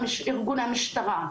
ארגון המשטרה,